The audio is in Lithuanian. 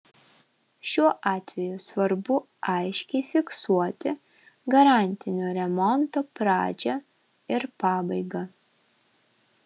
šiuo atveju svarbu aiškiai fiksuoti garantinio remonto pradžią ir pabaigą